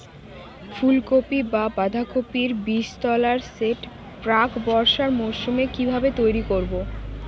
ফুলকপি বা বাঁধাকপির বীজতলার সেট প্রাক বর্ষার মৌসুমে কিভাবে তৈরি করব?